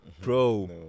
bro